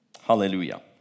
hallelujah